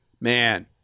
man